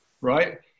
right